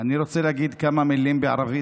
אני רוצה להגיד כמה מילים בערבית,